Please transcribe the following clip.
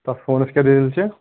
تَتھ فونَس کیٛاہ دٔلیٖل چھےٚ